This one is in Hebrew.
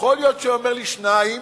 יכול להיות שהיה אומר לי שניים,